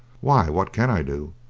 why, what can i do?